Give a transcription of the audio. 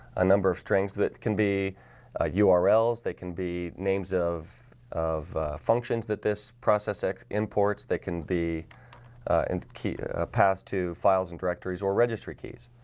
a number of strings that can be ah ah urls, they can be names of of functions that this process x imports they can be in key a path to files and directories or registry keys